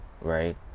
right